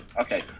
Okay